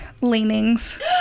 leanings